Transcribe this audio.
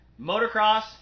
motocross